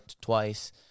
twice